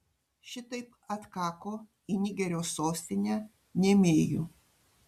šitaip atkako į nigerio sostinę niamėjų